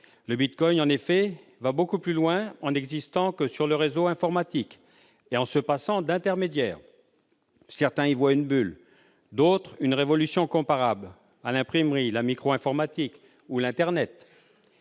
Le bitcoin, en effet, va beaucoup plus loin en n'existant que sur le réseau informatique et en se passant d'intermédiaire. Certains y voient une bulle ; d'autres, une révolution comparable à l'imprimerie, à la micro-informatique ou à l'Internet.